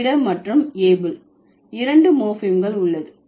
சாப்பிட மற்றும் able இரண்டு மோர்ப்பிம்கள் உள்ளது